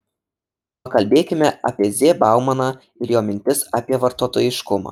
pakalbėkime apie z baumaną ir jo mintis apie vartotojiškumą